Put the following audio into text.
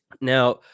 Now